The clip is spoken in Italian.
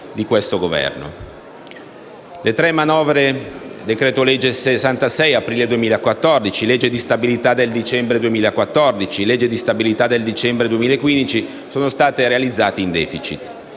Le tre manovre economiche, decreto-legge n. 66 dell'aprile 2014, legge di stabilità del dicembre 2014, legge di stabilità del dicembre 2015 sono state realizzate in *deficit*.